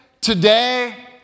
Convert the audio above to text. today